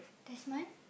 this mic